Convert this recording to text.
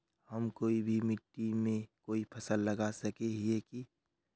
हम कोई भी मिट्टी में कोई फसल लगा सके हिये की?